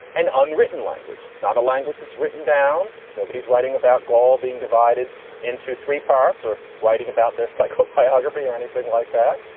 an unwritten language, not a language that's written down. nobody's writing about gaul being divided into three parts or writing about their psychopath orthography or anything like that.